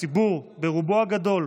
הציבור, ברובו הגדול,